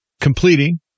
completing